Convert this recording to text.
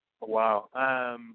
Wow